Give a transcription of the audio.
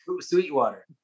Sweetwater